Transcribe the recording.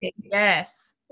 yes